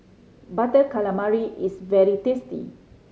Butter Calamari is very tasty